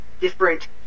different